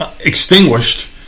extinguished